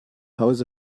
hause